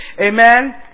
amen